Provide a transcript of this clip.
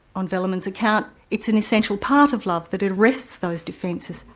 on velleman's account, it's an essential part of love that it arrests those defences.